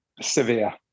severe